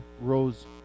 rose